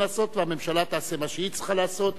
לעשות והממשלה תעשה מה שהיא צריכה לעשות,